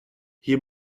hier